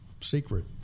secret